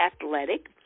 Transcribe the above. athletic